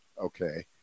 Okay